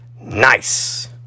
nice